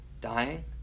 dying